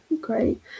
Great